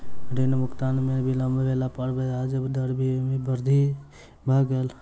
ऋण भुगतान में विलम्ब भेला पर ब्याज दर में वृद्धि भ गेल